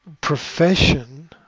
profession